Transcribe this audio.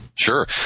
Sure